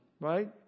Right